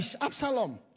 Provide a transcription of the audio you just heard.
Absalom